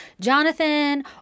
Jonathan